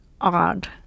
odd